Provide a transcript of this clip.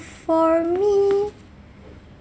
for me